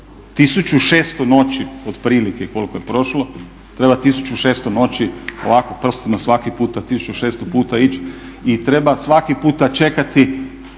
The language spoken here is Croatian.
1.600 noći otprilike koliko je prošlo treba 1.600 noći ovako prstima svaki puta 1.600 puta ići i treba svaki puta čekati